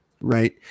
right